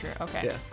Okay